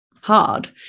hard